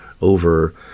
over